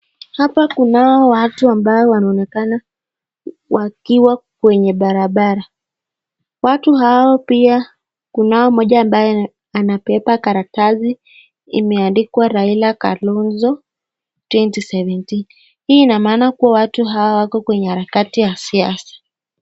Hapa kunao watu ambao wanaoonekana wakiwa kwenye barabara. Watu hao pia kunao mmoja ambaye anabeba karatasi imeandikwa Raila Kalonzo 2017. Hii ina maana kuwa watu hao wako kwenye harakati ya siasa.